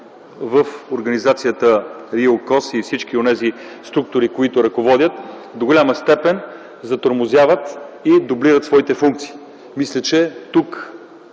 в организацията РИОКОЗ и всички онези структури, които ръководят, до голяма степен затормозяват и дублират своите функции. Тук ще се